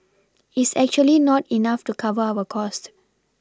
is actually not enough to cover our cost